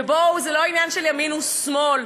בואו, זה לא עניין של ימין ושמאל.